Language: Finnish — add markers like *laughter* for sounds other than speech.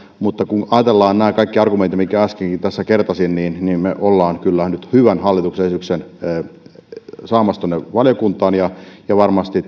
mutta kun ajatellaan näitä kaikkia argumentteja mitkä äsken tässä kertasin niin niin me olemme kyllä nyt hyvän hallituksen esityksen saamassa valiokuntaan ja varmasti *unintelligible*